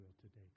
today